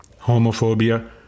homophobia